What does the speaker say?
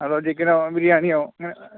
അതോ ചിക്കനോ ബിരിയാണിയോ അങ്ങനെ